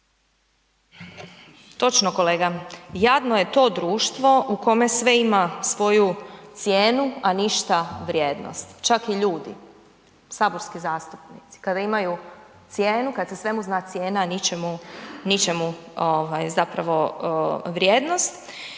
Točno kolega, jadno je to društvo u kome sve ima svoju cijenu, a ništa vrijednost, čak i ljudi, saborski zastupnici kada imaju cijenu, kad se svemu zna cijena, a ničemu, ničemu ovaj zapravo vrijednost